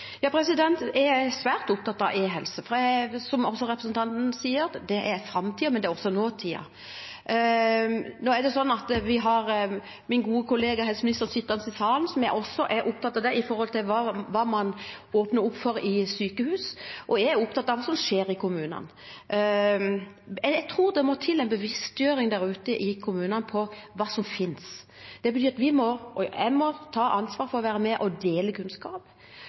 men det er også nåtiden. Nå er det sånn at vi har min gode kollega helseministeren sittende i salen, som også er opptatt av hva man åpner opp for i sykehus. Og jeg er opptatt av hva som skjer i kommunene. Jeg tror det må en bevisstgjøring til der ute i kommunene om hva som finnes. Det betyr at vi, og jeg, må ta ansvar for å være med og dele kunnskap,